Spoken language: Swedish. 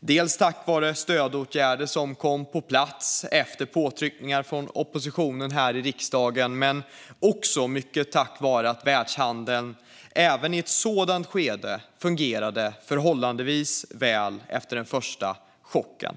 Det var delvis tack vare stödåtgärder som kom på plats efter påtryckningar från oppositionen här i riksdagen, men det var också mycket tack vare att världshandeln även i ett sådant läge fungerade förhållandevis väl efter den första chocken.